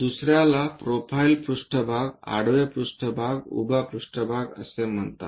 दुसर्याला प्रोफाईल पृष्ठभाग आडवे पृष्ठभाग उभा पृष्ठभाग असे म्हणतात